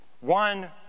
One